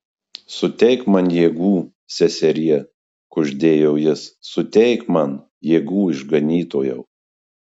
suteik man jėgų seserie kuždėjo jis suteik man jėgų išganytojau